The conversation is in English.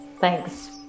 Thanks